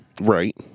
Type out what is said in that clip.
Right